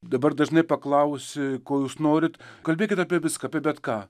dabar dažnai paklausi ko jūs norit kalbėkit apie viską apie bet ką